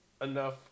enough